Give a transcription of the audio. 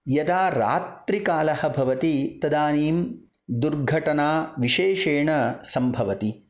यदा रात्रिकालः भवति तदानीं दुर्घटना विशेषेण सम्भवति